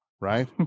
right